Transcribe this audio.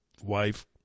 Wife